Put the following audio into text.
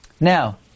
Now